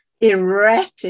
erratic